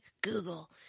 Google